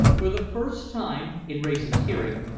for the first time, in wrayson's hearing,